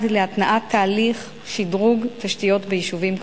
להתנעת תהליך שדרוג תשתיות ביישובים כפריים.